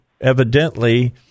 evidently